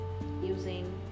using